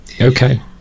okay